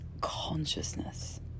consciousness